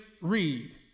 Read